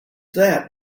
that